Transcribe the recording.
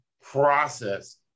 process